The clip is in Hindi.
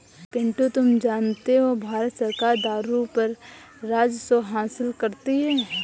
पिंटू तुम जानते हो भारत सरकार दारू पर राजस्व हासिल करती है